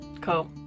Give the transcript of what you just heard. Cool